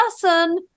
person